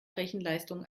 rechenleistung